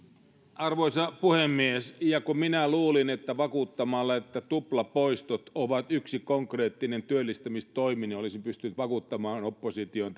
arvoisa puhemies ja kun minä luulin että vakuuttamalla että tuplapoistot ovat yksi konkreettinen työllistämistoimi olisin pystynyt vakuuttamaan opposition